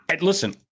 Listen